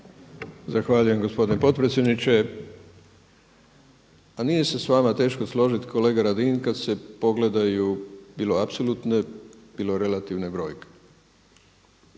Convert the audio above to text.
Zahvaljujem gospodine potpredsjedniče. A nije se s vama teško složiti kolega Radin kada se pogledaju bilo apsolutne, bilo relativne brojke